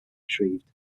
retrieved